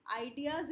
ideas